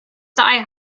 die